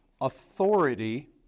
Authority